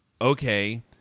okay